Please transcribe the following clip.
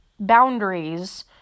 boundaries